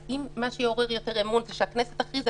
אם מה שיעורר יותר אמון זה שהכנסת תכריז,